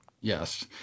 Yes